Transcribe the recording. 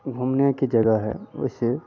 घूमने की जगह है वैसे